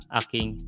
aking